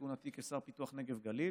בחודשים הראשונים לכהונתי כשר לפיתוח נגב גליל,